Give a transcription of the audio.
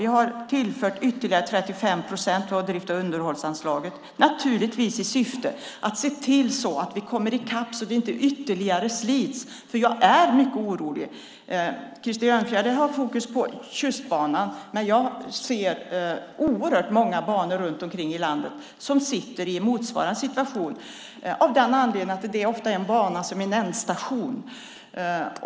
Vi har tillfört ytterligare 35 procent av drifts och underhållsanslaget i syfte att komma i kapp så att banorna inte slits ytterligare. Jag är mycket orolig för att det ska ske. Krister Örnfjäder har fokus på Tjustbanan, men jag ser också många andra banor runt om i landet som är i en motsvarande situation. Det beror ofta på att det är fråga om en bana som även är slutstation.